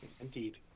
Indeed